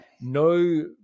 no